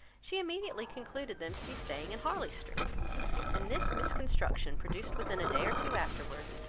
she immediately concluded them to be staying in harley street and this misconstruction produced within a day or two afterwards,